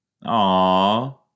Aw